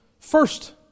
First